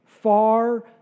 far